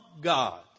God